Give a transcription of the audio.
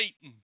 Satan